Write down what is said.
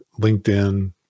LinkedIn